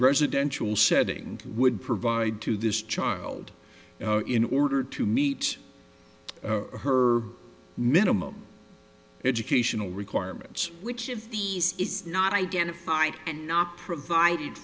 residential setting would provide to this child in order to meet her minimum educational requirements which in fees is not identified and not provided